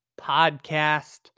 podcast